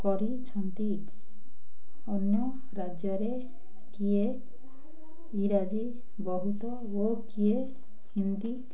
କରିଛନ୍ତି ଅନ୍ୟ ରାଜ୍ୟରେ କିଏ ଇଂରାଜୀ ବହୁତ ଓ କିଏ ହିନ୍ଦୀ